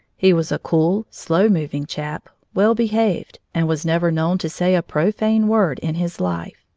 he was a cool, slow-moving chap, well-behaved, and was never known to say a profane word in his life.